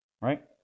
right